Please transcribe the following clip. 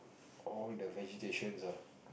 all the vegetations ah